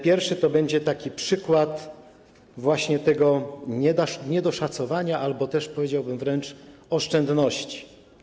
Pierwszy to będzie przykład właśnie tego niedoszacowania albo też, powiedziałbym wręcz, oszczędności.